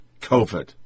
COVID